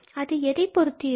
அது எதை பொருத்து இருக்கும்